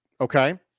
Okay